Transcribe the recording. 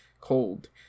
cold